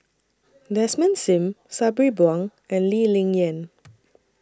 Desmond SIM Sabri Buang and Lee Ling Yen